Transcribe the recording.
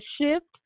shift